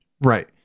Right